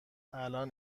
الان